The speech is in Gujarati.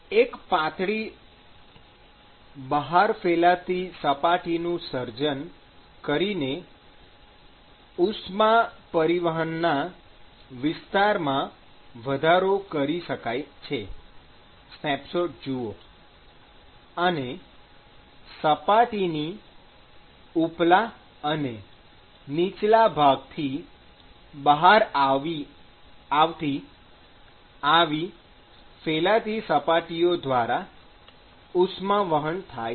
એક પાતળી બહાર ફેલાતી સપાટીનું સર્જન કરીને ઉષ્મા પરિવહનના વિસ્તારમાં વધારો કરી શકાય છે સ્નેપશોટ જુઓ અને સપાટીની ઉપલા અને નીચલા ભાગથી બહાર આવતી આવી ફેલાતી સપાટીઓ દ્વારા ઉષ્મા વહન થાય છે